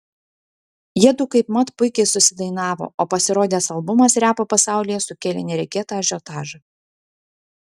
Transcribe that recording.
jiedu kaipmat puikiai susidainavo o pasirodęs albumas repo pasaulyje sukėlė neregėtą ažiotažą